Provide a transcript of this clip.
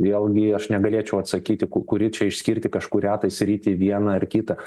vėlgi aš negalėčiau atsakyti ku kurį čia išskirti kažkurią tai sritį vieną ar kitą